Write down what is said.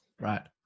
Right